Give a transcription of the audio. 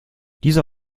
dieser